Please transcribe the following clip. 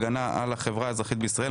הגנה על החברה האזרחית בישראל,